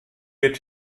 wird